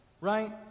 right